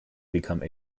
become